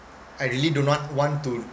I really do not want to